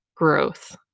Growth